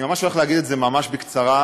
אני הולך להגיד את זה ממש בקצרה,